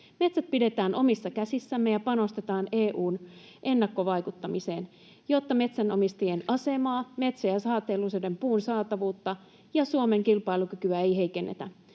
Metsät pidetään omissa käsissämme ja panostetaan EU:n ennakkovaikuttamiseen, jotta metsänomistajien asemaa, metsä- ja sahateollisuuden puun saatavuutta ja Suomen kilpailukykyä ei heikennetä.